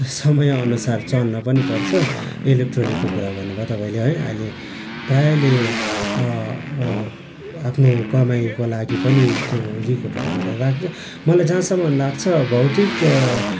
समयअनुसार चल्न पनि पर्छ इलेक्ट्रोनिकको कुरा गर्नु भयो तपाईँले है अहिले प्रायःले आफ्नो कमाइको लागि पनि त्यो रिक्रूटहरू गरेर राख्छ मलाई जहाँसम्म लाग्छ भौतिक